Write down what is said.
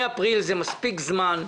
מאפריל זה מספיק זמן.